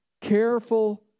Careful